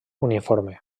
uniforme